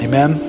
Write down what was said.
Amen